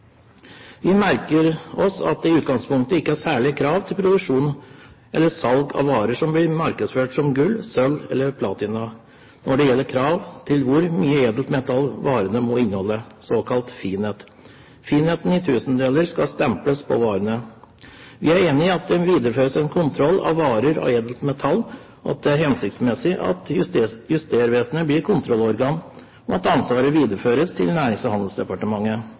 Vi merker oss at det i utgangspunktet ikke er særlige krav til produksjon eller salg av varer som blir markedsført som «gull», «sølv» eller «platina» når det gjelder krav til hvor mye edelt metall varene må inneholde, såkalt finhet. Finheten i tusendeler skal stemples på varene. Vi er enig i at det videreføres en kontroll av varer av edelt metall, at det er hensiktsmessig at Justervesenet blir kontrollorgan, og at ansvaret videreføres til Nærings- og handelsdepartementet.